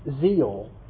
zeal